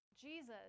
Jesus